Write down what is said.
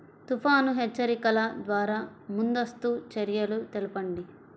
తుఫాను హెచ్చరికల ద్వార ముందస్తు చర్యలు తెలపండి?